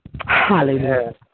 Hallelujah